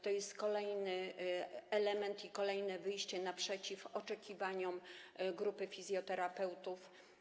To jest kolejny element, kolejne wyjście naprzeciw oczekiwaniom grupy fizjoterapeutów.